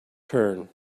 turn